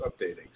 updating